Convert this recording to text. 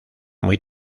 muy